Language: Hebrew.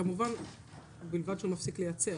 כמובן ובלבד שהוא מפסיק לייצר.